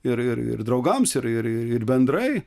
ir ir ir draugams ir ir ir bendrai